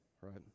right